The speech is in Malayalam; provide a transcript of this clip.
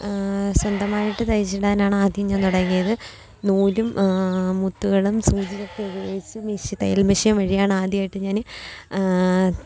സ്വന്തമായിട്ട് തയ്ച്ചിടാനാണ് ആദ്യം ഞാന് തുടങ്ങിയത് നൂലും മുത്തുകളും സൂചിയൊക്കെ ഉപയോഗിച്ച് തയ്യൽ മെഷീൻ വഴിയാണ് ആദ്യമായിട്ട് ഞാന്